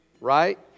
Right